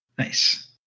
Nice